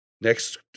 Next